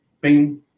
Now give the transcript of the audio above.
bing